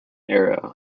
era